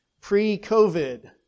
Pre-COVID